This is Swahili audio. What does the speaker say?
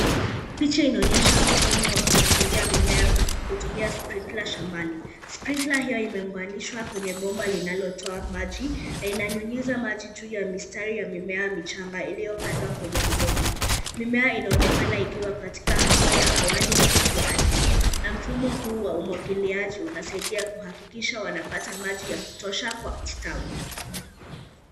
Picha inaonyesha mfumo wa kumwakilia mimea kumia sprinkler shambani sprinkler hio imepandishwa kweny pomba linalotoa maji na inanyunyiza maji juu ya mistari ya mimea michanga yaliopandwa kwenye udongo, mimea inaonekana ikiwa katika hatua awali ya ukuwaji na mfumo huu wa umwagiliaji unasaidia kuhahikisha wanapata maji ya kutosha kwa ustawi.